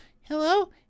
Hello